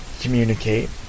communicate